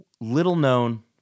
little-known